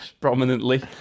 prominently